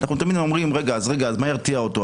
אנחנו תמיד אומרים, אז מה ירתיע אותו?